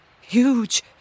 huge